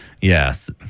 Yes